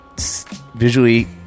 Visually